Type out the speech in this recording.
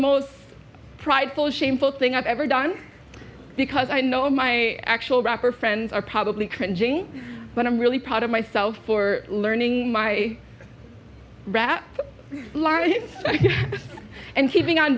shameful thing i've ever done because i know my actual rapper friends are probably cringing but i'm really proud of myself for learning my rat market and keeping on